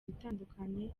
itandukanye